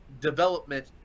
development